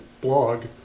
blog